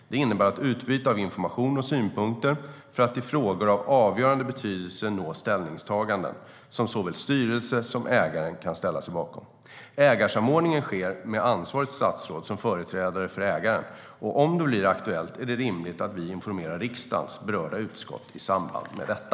Det innebär ett utbyte av information och synpunkter för att i frågor av avgörande betydelse nå ställningstaganden som såväl styrelse som ägare kan ställa sig bakom. Ägarsamordningen sker med ansvarigt statsråd som företrädare för ägaren, och om det blir aktuellt är det rimligt att vi informerar riksdagens berörda utskott i samband med detta.